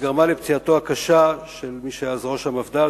שגרמה לפציעתו הקשה של מי שהיה אז ראש המפד"ל,